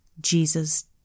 Jesus